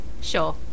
Sure